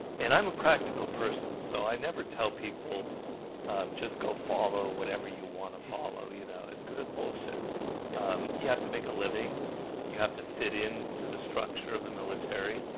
and i'm a practical person so i never tell people just go follow whatever you want to follow, you know, it's because that's bullshit um you have to make a living you have to fit in to the structure of the military.